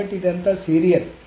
కాబట్టి ఇదంతా సీరియల్